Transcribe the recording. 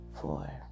four